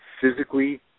physically